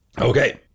Okay